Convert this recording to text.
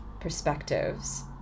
perspectives